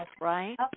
right